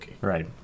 Right